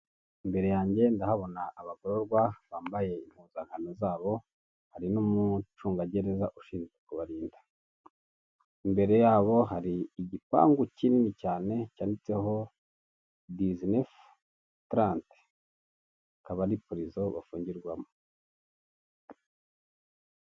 Imbere yange ndahabona abagororwa bambaye impuzankano zabo, hari n'umucungagereza ushinzwe kubarinda. Imbere yabo hari igipangu kinini cyane cyanditseho dizi nefu tarante akaba ari purizo bafungirwamo.